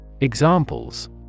examples